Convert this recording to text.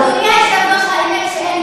האמת שאין